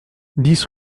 dix